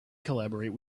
collaborate